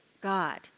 God